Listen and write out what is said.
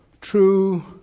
true